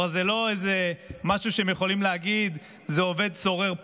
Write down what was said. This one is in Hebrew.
זה לא משהו שיכולים להגיד עליו שזה עובד סורר פה,